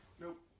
Nope